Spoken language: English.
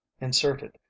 inserted